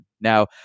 Now